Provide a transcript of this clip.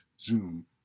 zoom